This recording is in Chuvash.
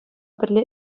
пӗрле